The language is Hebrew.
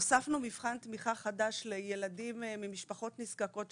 הוספנו מבחן תמיכה חדש לילדים ממשפחות נזקקות,